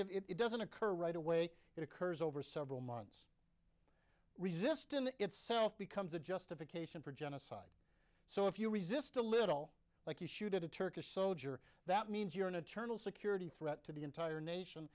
of it doesn't occur right away it occurs over several months resistance itself becomes a justification for genocide so if you resist a little like you shoot at a turkish soldier that means you're an eternal security threat to the entire nation